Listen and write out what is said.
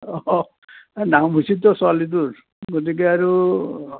নাম হৈছেতো ছোৱালীটোৰ গতিকে আৰু